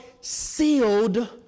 sealed